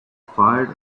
fired